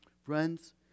Friends